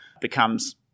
becomes